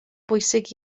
bwysig